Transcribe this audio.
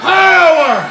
power